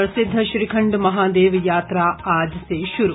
प्रसिद्ध श्रीखंड महादेव यात्रा आज से शुरू